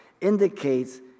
indicates